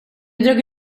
drog